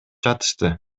жатышты